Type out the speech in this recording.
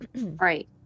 Right